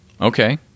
Okay